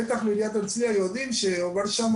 בטח בעירית הרצליה יודעים שעוברות שם